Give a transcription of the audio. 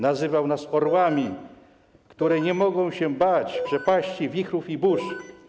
Nazywał nas orłami, które nie mogą się bać przepaści, wichrów i burz.